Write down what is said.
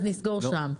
אז נסגור שם.